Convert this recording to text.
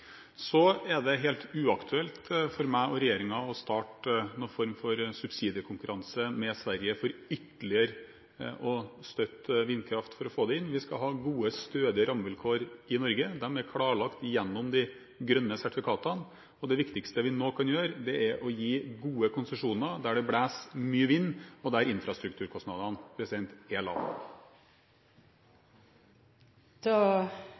så langt nede som mulig. Det mener jeg er fornuftig. Det er helt uaktuelt for meg og regjeringen å starte noen form for subsidiekonkurranse med Sverige for ytterligere å støtte vindkraft for å få det hit. Vi skal ha gode, stødige rammevilkår i Norge. De er klarlagt gjennom de grønne sertifikatene. Det viktigste vi nå kan gjøre, er å gi gode konsesjoner der det blåser mye vind, og der infrastrukturkostnadene er